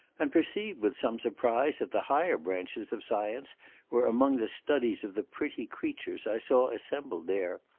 and perceived, with some surprise, that the higher branches of science were among the studies of the pretty creatures i saw assembled there.